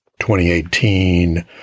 2018